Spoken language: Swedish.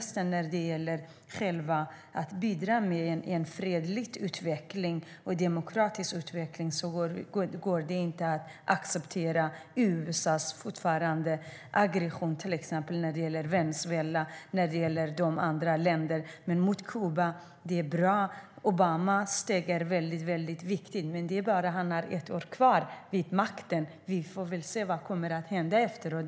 Men när det gäller att själva bidra till en fredlig och demokratisk utveckling går det inte att acceptera USA:s fortgående aggression mot Venezuela och andra länder. Vad gäller Kuba är Obamas steg bra och viktigt, men han har bara ett år kvar vid makten. Vi får väl se vad som kommer att hända efteråt.